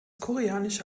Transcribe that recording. koreanische